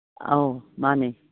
ꯑꯧ ꯃꯥꯅꯦ